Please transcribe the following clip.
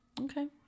okay